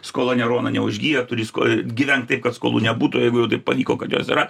skola ne rona neužgyja turi sko gyvenk taip kad skolų nebūtų jeigu jau taip pavyko kad jos yra